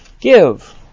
Give